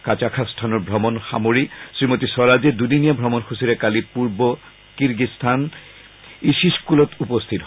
কাজাখাস্তানৰ ভ্ৰমণ সামৰি শ্ৰীমতী স্বৰাজে দুদিনীয়া ভ্ৰমণসূচীৰে কালি পূব কিৰ্গিস্তানৰ ইছিছককলত উপস্থিত হয়